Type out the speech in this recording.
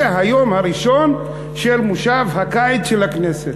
זה היום הראשון של מושב הקיץ של הכנסת.